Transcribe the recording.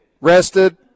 rested